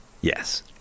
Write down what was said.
Yes